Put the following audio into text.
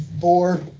four